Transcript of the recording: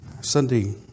Sunday